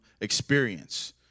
experience